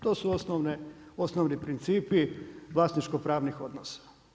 To su osnovni principi, vlasničko-pravnih odnosa.